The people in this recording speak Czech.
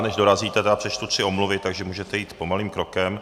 Než dorazí, tak přečtu tři omluvy, takže můžete jít pomalým krokem.